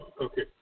Okay